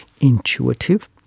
intuitive